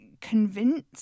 convince